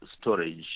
storage